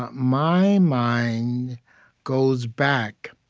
um my mind goes back